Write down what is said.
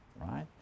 right